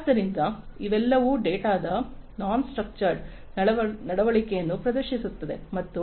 ಆದ್ದರಿಂದ ಇವೆಲ್ಲವೂ ಡೇಟಾದ ನಾನ್ ಸ್ಟ್ರಕ್ಚರ್ಡ ನಡವಳಿಕೆಯನ್ನು ಪ್ರದರ್ಶಿಸುತ್ತದೆ ಮತ್ತು